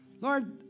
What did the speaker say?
Lord